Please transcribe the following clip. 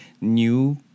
new